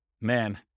man